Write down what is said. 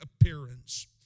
appearance